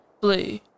blue